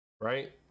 right